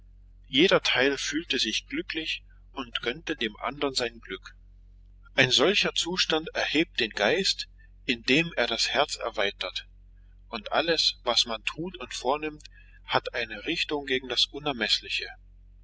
jeder teil fühlte sich glücklich und gönnte dem andern sein glück ein solcher zustand erhebt den geist indem er das herz erweitert und alles was man tut und vornimmt hat eine richtung gegen das unermeßliche